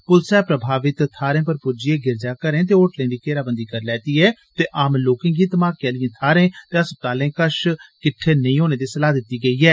प्लसै प्रभावित थारें पर प्ज्जियै गिरजाघरें ते होटलें दी घेराबंदी करी लैती ऐ ते आम लोकें गी धमाकें आलियें थारें ते अस्पतालें कश किट्ठे नेंई होने दी सलाही दिती गेदी ऐ